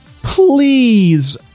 please